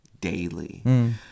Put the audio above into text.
daily